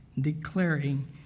declaring